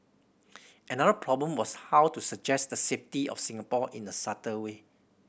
another problem was how to suggest the safety of Singapore in a subtle way